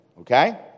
Okay